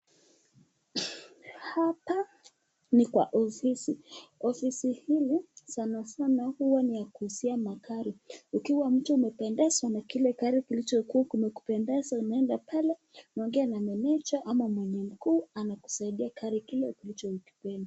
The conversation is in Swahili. Hapa ni kwa ofisi, ofisi hili sanasana huwa ni ya kuuzia magari, ukiwa mtu umependezwa na kile gari kilichokuwa umependezwa unaenda pale unaongea na meneja, ama mwenye mkuu anakusaidia gari kile ulichokipenda.